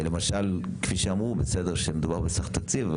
למשל, כפי שאמרו שמדובר בסך תקציב.